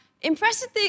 Impressive